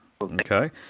okay